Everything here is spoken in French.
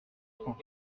trente